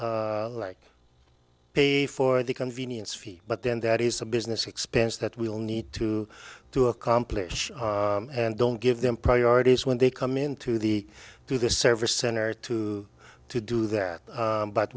like pay for the convenience fee but then that is a business expense that we all need to to accomplish and don't give them priorities when they come in to the to the service center to to do that